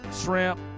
shrimp